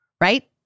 right